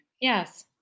Yes